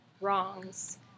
wrongs